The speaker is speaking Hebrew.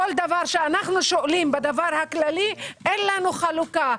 בכל דבר שאנחנו שואלים בתמונה הכללית אומרים שאין חלוקה,